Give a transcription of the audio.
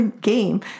game